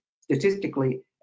statistically